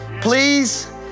Please